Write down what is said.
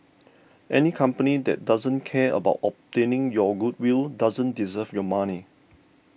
any company that doesn't care about obtaining your goodwill doesn't deserve your money